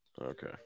Okay